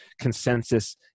consensus